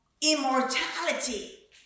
immortality